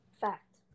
Fact